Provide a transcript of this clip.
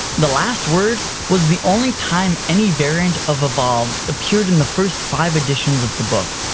the last word was the only time any variant of evolved appeared in the first five editions of the book.